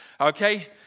okay